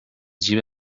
جیب